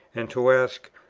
and to ask,